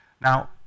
Now